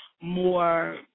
more